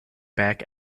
back